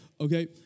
Okay